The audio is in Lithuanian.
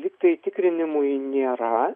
lygtai tikrinimui nėra